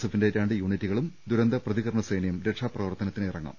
എഫിന്റെ രണ്ട് യൂണിറ്റുകളും ദുരന്ത പ്രതികരണ സേനയും രക്ഷാപ്രവർത്തന ത്തിന് ഇറങ്ങും